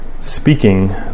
speaking